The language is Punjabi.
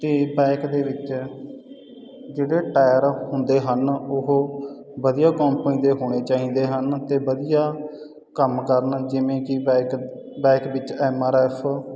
ਤੇ ਬਾਇਕ ਦੇ ਵਿੱਚ ਜਿਹੜੇ ਟਾਇਰ ਹੁੰਦੇ ਹਨ ਉਹ ਵਧੀਆ ਕੰਪਨੀ ਤੇ ਹੋਣੇ ਚਾਹੀਦੇ ਹਨ ਤੇ ਵਧੀਆ ਕੰਮ ਕਰਨਾ ਜਿਵੇਂ ਕਿ ਬੈਕ ਬਾਇਕ ਵਿੱਚ ਐਮ ਆਰ ਐਫ